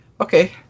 Okay